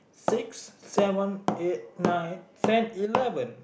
six seven eight nine ten eleven